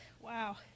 wow